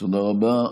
תודה רבה.